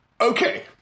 Okay